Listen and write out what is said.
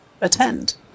attend